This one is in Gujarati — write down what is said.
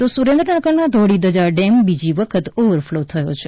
તો સુરેન્દ્રનગરનો ધોળીધજા ડેમ બીજી વખત ઓવરફ્લો થયો છે